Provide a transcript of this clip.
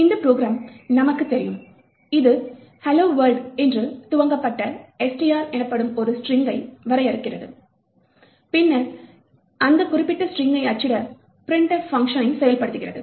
இந்த ப்ரோக்ராம் நமக்குத் தெரியும் இது Hello world என்று துவக்கப்பட்ட str எனப்படும் ஒரு ஸ்ட்ரிங்கை வரையறுக்கிறது பின்னர் அந்த குறிப்பிட்ட ஸ்ட்ரிங்கை அச்சிட printf பங்க்ஷனை செயல்படுத்துகிறது